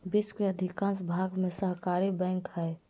विश्व के अधिकांश भाग में सहकारी बैंक हइ